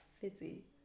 fizzy